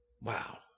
wow